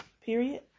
period